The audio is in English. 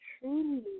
truly